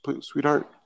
sweetheart